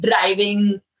driving